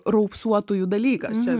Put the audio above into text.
raupsuotųjų dalykas čia